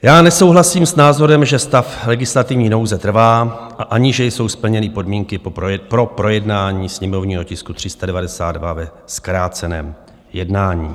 Já nesouhlasím s názorem, že stav legislativní nouze trvá, a ani s tím, že jsou splněny podmínky pro projednání sněmovního tisku 392 ve zkráceném jednání.